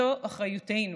זאת אחריותנו,